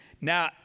Now